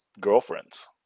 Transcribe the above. girlfriends